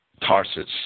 Tarsus